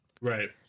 Right